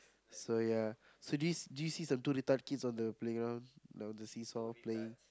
so ya so do you see do you see two little kids on the playground on the see saw playing